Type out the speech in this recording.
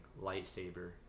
lightsaber